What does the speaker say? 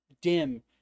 dim